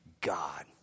God